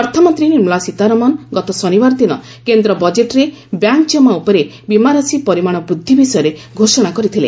ଅର୍ଥମନ୍ତ୍ରୀ ନିର୍ମଳା ସୀତାରମଣ ଗତ ଶନିବାର ଦିନ କେନ୍ଦ୍ର ବଜେଟ୍ରେ ବ୍ୟାଙ୍କ ଜମା ଉପରେ ବୀମାରାଶି ପରିମାଣ ବୃଦ୍ଧି ବିଷୟରେ ଘୋଷଣା କରିଥିଲେ